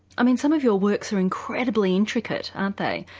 i mean some of your works are incredibly intricate, aren't they?